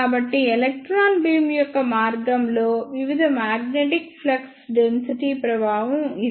కాబట్టి electron beam యొక్క మార్గంలో వివిధ మాగ్నెటిక్ ఫ్లక్స్ డెన్సిటీ ప్రభావం ఇది